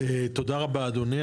תודה רבה אדוני,